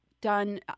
done